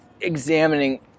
examining